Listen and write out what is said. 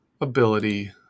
ability